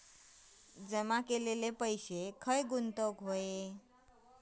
जमा केलेलो पैसो खय गुंतवायचो?